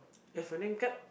have your name card